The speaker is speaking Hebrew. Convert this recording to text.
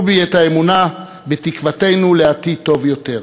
בי את האמונה בתקוותנו לעתיד טוב יותר.